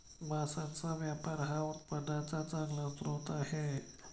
मांसाचा व्यापार हा उत्पन्नाचा चांगला स्रोत आहे